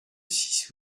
six